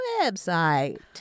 website